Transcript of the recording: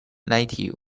native